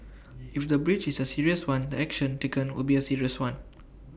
if the breach is A serious one the action taken will be A serious one